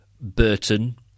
Burton